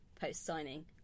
post-signing